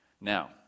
Now